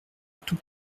tout